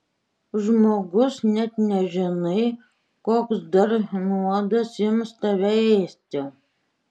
žmogus net nežinai koks dar nuodas ims tave ėsti